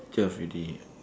twelve already